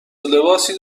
لباس